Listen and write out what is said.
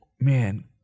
man